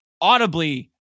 audibly